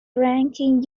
ranking